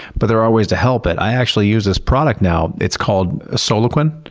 but there are ways to help it. i actually use this product now, it's called solliquin,